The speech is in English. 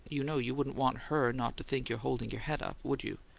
you know you wouldn't want her not to think you're holding your head up, would you?